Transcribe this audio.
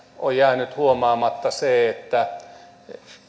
on jäänyt huomaamatta että